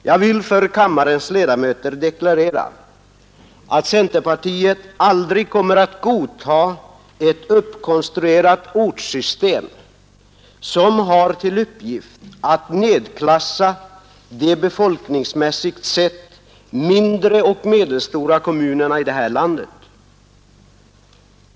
Jag vill för kammarens ledamöter deklarera att centerpartiet aldrig kommer att godta ett uppkonstruerat ortssystem som har till uppgift att nedklassa de befolkningsmässigt sett mindre och medelstora kommunerna i det här landet.